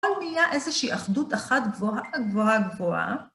פה נהיה איזושהי אחדות אחת גבוהה גבוהה גבוהה.